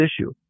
issue